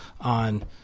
on